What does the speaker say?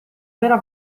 vera